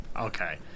Okay